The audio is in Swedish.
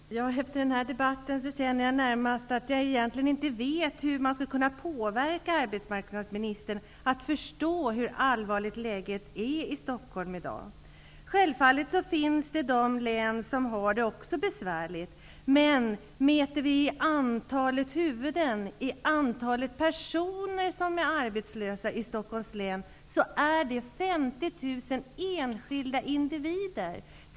Herr talman! Efter den här debatten känner jag att jag egentligen inte vet hur man skall kunna påverka arbetsmarknadsministern så att han förstår hur allvarligt läget är i Stockholm i dag. Självfallet finns det även andra län som har det besvärligt. Om vi mäter antalet personer som är arbetslösa i Stockholms län är siffran 50 000 enskilda individer.